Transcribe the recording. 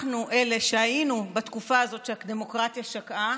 אנחנו אלה שהיינו בתקופה הזאת שהדמוקרטיה שקעה,